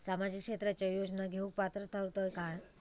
सामाजिक क्षेत्राच्या योजना घेवुक पात्र ठरतव काय?